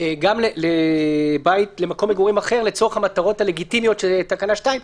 גם למקום מגורים אחר לצורך המטרות הלגיטימיות של תקנה 2,